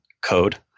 code